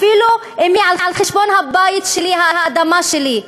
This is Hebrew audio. אפילו אם היא על חשבון הבית שלי, האדמה שלי.